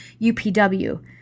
UPW